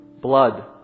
blood